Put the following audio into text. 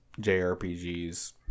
JRPGs